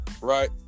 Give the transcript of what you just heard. Right